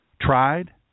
Tried